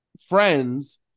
friends